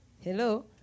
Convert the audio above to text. hello